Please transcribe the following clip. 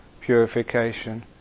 purification